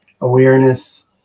awareness